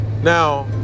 Now